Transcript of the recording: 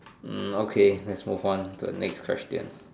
hmm okay let's move on to the next question